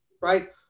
right